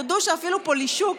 תודו שאפילו פולישוק